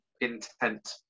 intent